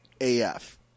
AF